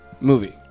movie